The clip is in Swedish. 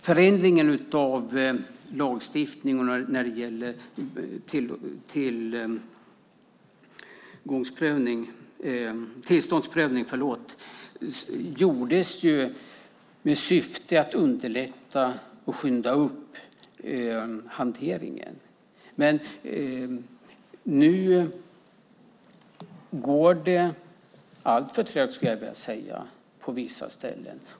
Förändringen av lagstiftning när det gäller tillståndsprövning gjordes med syfte att underlätta och skynda på hanteringen. Men nu går det alltför trögt, skulle jag vilja säga, på vissa ställen.